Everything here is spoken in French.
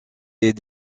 est